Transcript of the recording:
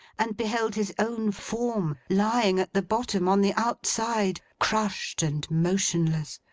and beheld his own form, lying at the bottom, on the outside crushed and motionless.